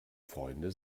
freunde